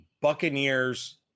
Buccaneers